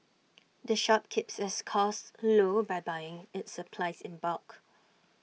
the shop keeps its costs low by buying its supplies in bulk